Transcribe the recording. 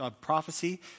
Prophecy